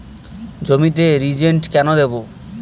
জমিতে রিজেন্ট কেন দেবো?